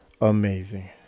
amazing